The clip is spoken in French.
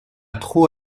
trop